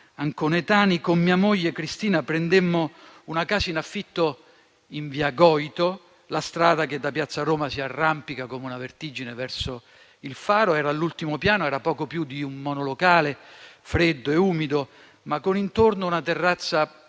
anconetani, con mia moglie Cristina prendemmo una casa in affitto in via Goito, la strada che da piazza Roma si arrampica come una vertigine verso il faro; era all'ultimo piano, poco più di un monolocale, freddo e umido, ma con intorno una terrazza